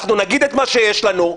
אנחנו נגיד את מה שיש לנו.